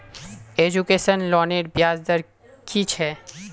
Education लोनेर ब्याज दर कि छे?